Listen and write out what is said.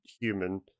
human